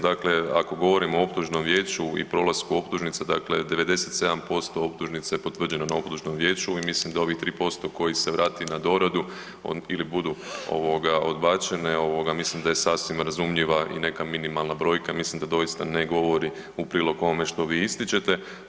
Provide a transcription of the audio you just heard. Dakle ako govorimo o optužnom vijeću i prolasku optužnica dakle 97% optužnica je potvrđeno na optužnom vijeću i mislim da ovih 3% koji se vrati na doradu ili budu odbačene mislim da je sasvim razumljiva i neka minimalna brojka, mislim da doista ne govori u prilog ovome što vi ističete.